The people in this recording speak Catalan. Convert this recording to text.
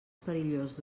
perillós